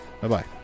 Bye-bye